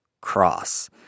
cross